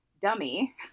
dummy